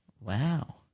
Wow